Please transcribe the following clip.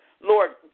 Lord